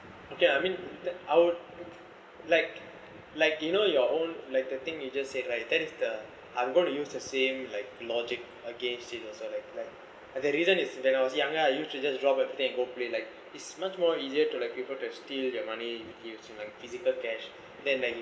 okay lah I mean that I would like like you know your own like the thing you just said like that is the I'm going to use the same like logic against you so are like like the reason is when I was younger I usually just drop everything and go play like it's much more easier to like people to steal your money you gives you like physical cash then like